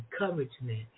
Encouragement